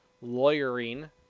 lawyering